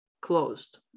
closed